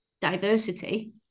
diversity